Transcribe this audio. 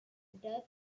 death